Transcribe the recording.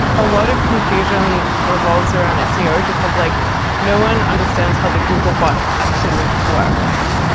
a lot of confusion revolves around seo because like no one understands how the googlebot actually like works.